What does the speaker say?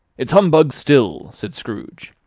it's humbug still! said scrooge.